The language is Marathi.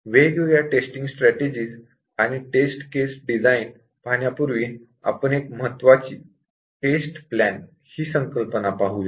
वेगवेगळ्या टेस्टिंग स्ट्रॅटेजि आणि टेस्ट केस डिझाईन पाहण्यापूर्वी आपण एक महत्त्वाची टेस्ट प्लॅन ही संकल्पना पाहूया